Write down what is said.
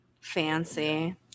Fancy